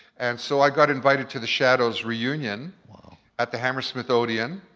and so i got invited to the shadows reunion at the hammersmith odeon.